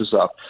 up